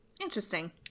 Interesting